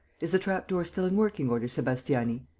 is the trapdoor still in working order, sebastiani?